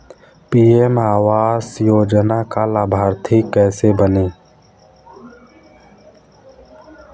PM Awas Yojana का लाभर्ती कैसे बनें?